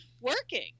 working